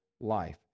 life